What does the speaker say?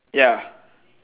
ya